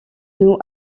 nous